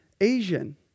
Asian